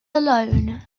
alone